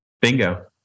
Bingo